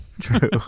True